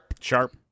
sharp